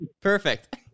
perfect